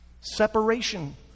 separation